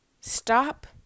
Stop